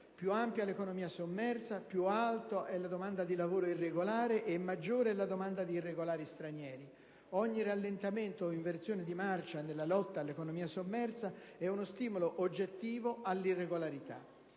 Più ampia è l'economia sommersa, più alta è la domanda di lavoro irregolare e maggiore è la domanda di irregolari stranieri. Ogni rallentamento o inversione di marcia nella lotta all'economia sommersa è uno stimolo oggettivo all'irregolarità.